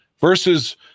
versus